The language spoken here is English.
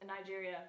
Nigeria